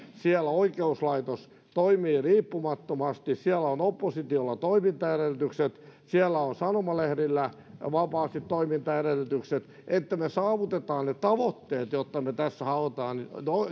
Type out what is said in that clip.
oikeuslaitos toimii riippumattomasti siellä on oppositiolla toimintaedellytykset siellä on sanomalehdillä vapaat toimintaedellytykset että me saavutamme ne tavoitteet joita me tässä haluamme